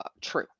true